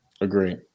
Agree